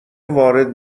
وارد